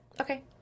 Okay